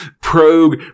Probe